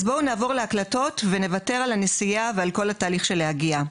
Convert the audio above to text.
אז בואו נעבור להקלטות ונוותר על הנסיעה ועל כל התהליך של להגיע.